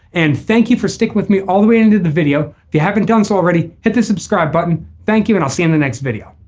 and thank you for sticking with me all the way into the video. they haven't done so already hit the subscribe button. thank you and i'll see in the next video.